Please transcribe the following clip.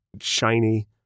Shiny